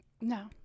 No